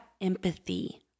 empathy